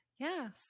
Yes